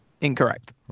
Incorrect